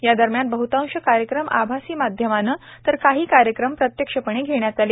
या दरम्यान बहतांश कार्यक्रम आभासी माध्यमाने तर काही कार्यक्रम प्रत्यक्षपणे घेण्यात आले